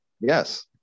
Yes